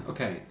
Okay